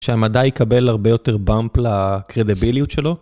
שהמדע יקבל הרבה יותר באמפ לקרדיביליות שלו.